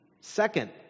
Second